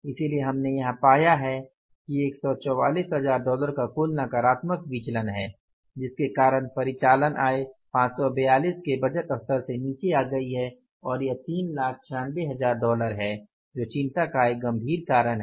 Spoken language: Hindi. इसलिए हमने यहां पाया है कि 14400 डॉलर का कुल नकारात्मक विचलन है जिसके कारण परिचालन आय 542 के बजट स्तर से नीचे आ गई है यह 396000 डॉलर है जो चिंता का एक गंभीर कारण है